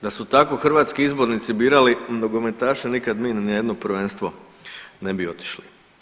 Da su tako hrvatski izbornici birali nogometaše nikad mi na ni jedno prvenstvo ne bi otišli.